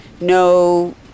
no